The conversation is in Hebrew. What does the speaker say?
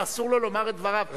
מה, אסור לו לומר את דבריו?